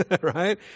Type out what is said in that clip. right